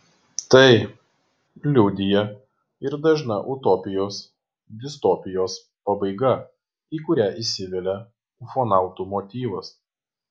tai liudija ir dažna utopijos distopijos pabaiga į kurią įsivelia ufonautų motyvas